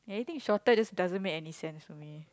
anything shorter just doesn't make any sense for me